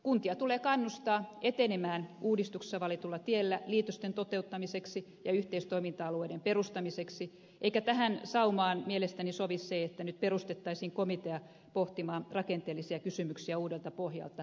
kuntia tulee kannustaa etenemään uudistuksessa valitulla tiellä liitosten toteuttamiseksi ja yhteistoiminta alueiden perustamiseksi eikä tähän saumaan mielestäni sovi se että nyt perustettaisiin komitea pohtimaan rakenteellisia kysymyksiä uudelta pohjalta